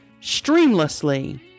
streamlessly